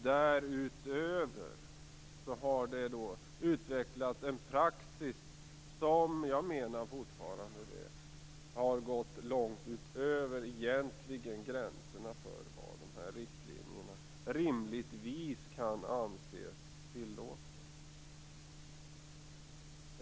Därutöver har det utvecklats en praxis som jag fortfarande menar har gått långt utöver gränserna för vad dessa riktlinjer rimligtvis kan anses tillåta.